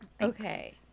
Okay